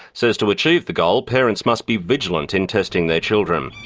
says to achieve the goal, parents must be vigilant in testing their children.